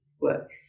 work